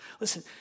Listen